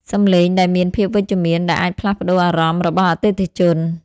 សំឡេងដែលមានភាពវិជ្ជមានអាចផ្លាស់ប្ដូរអារម្មណ៍របស់អតិថិជន។